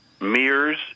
mirrors